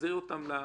נחזיר אותם.